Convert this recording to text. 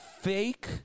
fake